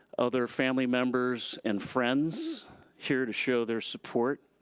other family members and friends here to show their support,